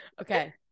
Okay